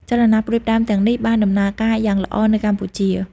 ចលនាផ្តួចផ្តើមទាំងនេះបានដំណើរការយ៉ាងល្អនៅកម្ពុជា។